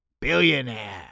billionaire